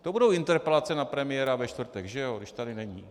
To budou interpelace na premiéra ve čtvrtek, že ano, když tady není.